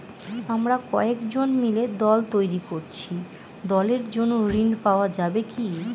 আমরা কয়েকজন মিলে দল তৈরি করেছি দলের জন্য ঋণ পাওয়া যাবে কি?